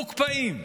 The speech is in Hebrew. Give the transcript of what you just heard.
מוקפאים.